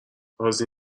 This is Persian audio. راضی